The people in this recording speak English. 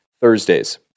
Thursdays